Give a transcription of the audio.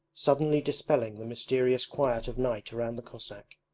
suddenly dispelling the mysterious quiet of night around the cossack.